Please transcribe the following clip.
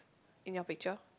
in your picture